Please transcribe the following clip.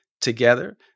together